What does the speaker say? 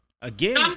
again